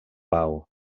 pau